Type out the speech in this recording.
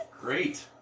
Great